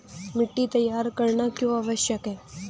मिट्टी तैयार करना क्यों आवश्यक है?